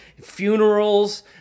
funerals